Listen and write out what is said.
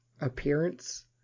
appearance